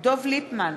דב ליפמן,